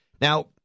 Now